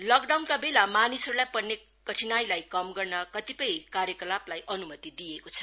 लकडाउनका बेला मानिसहरूलाई पर्ने कठिनाईलाई कम गर्न कतिपय कार्यकपाललाई अनुमति दिइएको छ